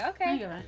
okay